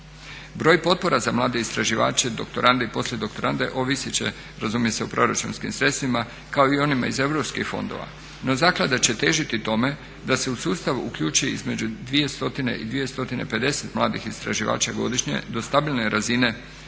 Broj potpora za mlade istraživače, doktorante i poslijedoktorante ovisit će razumije se o proračunskim sredstvima kao i onima iz europskih fondova. No zaklada će težiti tome da se u sustav uključi između 200 i 250 mladih istraživača godišnje do stabilne razine od